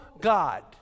God